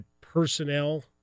personnel